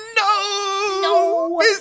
no